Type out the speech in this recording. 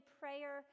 prayer